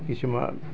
কিছুমান